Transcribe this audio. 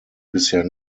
bisher